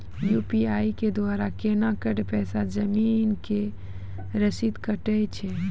UPI के द्वारा केना कऽ पैसा जमीन के रसीद कटैय छै?